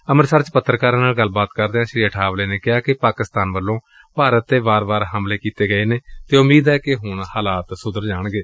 ਅੰਮ੍ਤਿਤਸਰ ਚ ਪੱਤਰਕਾਰਾਂ ਨਾਲ ਗੱਲਬਾਤ ਕਰਦਿਆਂ ਸ੍ਰੀ ਅਠਾਵਲੇ ਨੇ ਕਿਹਾ ਕਿ ਪਾਕਿਸਤਾਨ ਵੱਲੋਂ ਭਾਰਤ ਤੇ ਵਾਰ ਵਾਰ ਹਮਲੇ ਕੀਤੇ ਗਏ ਨੇ ਅਤੇ ਉਮੀਦ ਏ ਕਿ ਹੁਣ ਹਾਲਾਤ ਸੁਧਰ ਜਾਣਗੇ